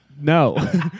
No